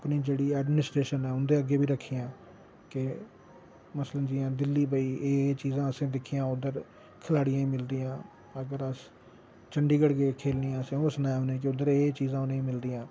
अपनी जेह्ड़ी एड़मिनस्ट्रेशन ऐ उं'दे अग्गें बी रक्खियां के मसलन जियां दिल्ली भई एह् एह् चीजां असें दिक्खियां उद्धर खिलाड़ियें गी मिलदियां अगर अस चंढीगढ़ गे असें ओह् उनेंगी सनाया कि उनेंगी एह् एह् चींजां मिलदियां